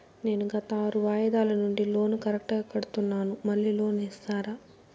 నేను గత ఆరు వాయిదాల నుండి లోను కరెక్టుగా కడ్తున్నాను, మళ్ళీ లోను ఇస్తారా?